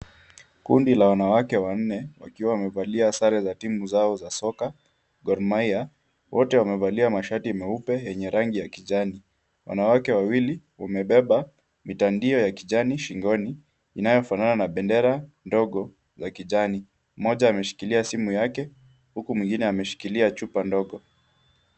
Kundi la wanawake wanne wakiwa wamevalia sare za timu zao za soka Gor Mahia, wote wamevalia mashati meupe yenye rangi ya kijani. Wanawake wawili wamebeba mitandio ya kijani shingoni inayofanana na bendera ndogo za kijani. Mmoja ameshikilia simu yake, huku mwingine ameshikilia chupa ndogo.